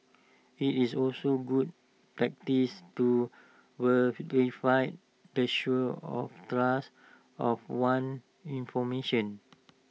IT is also good practice to the source or trust of one's information